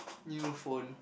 new phone